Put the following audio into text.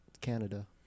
Canada